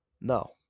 No